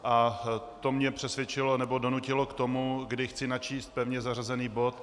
A to mě přesvědčilo, nebo donutilo k tomu, že chci načíst pevně zařazený bod.